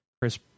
Chris